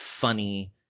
funny